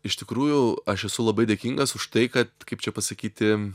iš tikrųjų aš esu labai dėkingas už tai kad kaip čia pasakyti